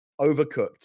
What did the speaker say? overcooked